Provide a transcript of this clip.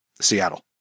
Seattle